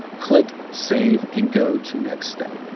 click save and go to next step.